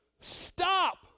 stop